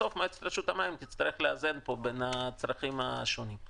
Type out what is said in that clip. בסוף מועצת רשות המים תצטרך לאזן פה בין הצרכים השונים.